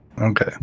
okay